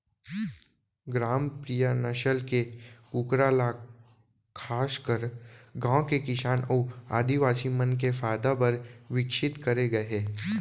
ग्रामप्रिया नसल के कूकरा ल खासकर गांव के किसान अउ आदिवासी मन के फायदा बर विकसित करे गए हे